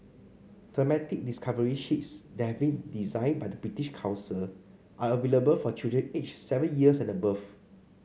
thematic discovery sheets that have been designed by the British Council are available for children aged seven years and above